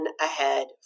ahead